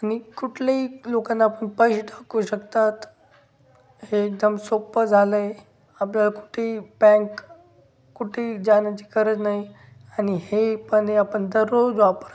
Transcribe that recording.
आनि कुठलेही लोकांना आपन पैशे टाकू शकतात हे एकदम सोप्पं झालंय आपल्याला कुठे बँक कुठे जाण्याची गरज नाही आणि हे पने आपण दररोज वापरतो